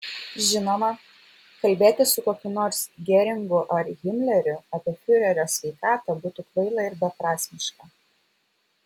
žinoma kalbėti su kokiu nors geringu ar himleriu apie fiurerio sveikatą būtų kvaila ir beprasmiška